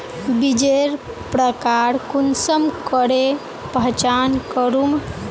बीजेर प्रकार कुंसम करे पहचान करूम?